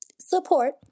Support